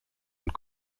und